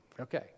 Okay